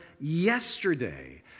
yesterday